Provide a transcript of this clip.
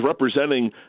representing